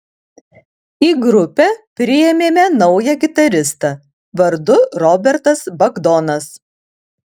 į grupę priėmėme naują gitaristą vardu robertas bagdonas